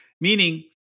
meaning